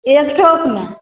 एक ठोप नहि